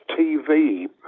TV